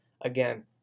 Again